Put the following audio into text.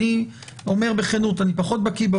אני פחות בקיא ב